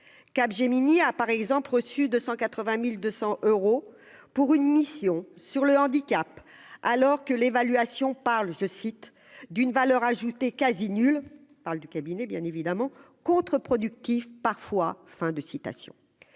Cap Gémini a par exemple reçu de 180200 euros pour une mission sur le handicap, alors que l'évaluation parle, je cite, d'une valeur ajoutée quasi nulle parle du cabinet bien évidemment contre- productif, parfois,